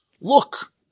look